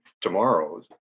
tomorrow